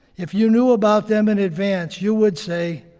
if you knew about them in advance, you would say,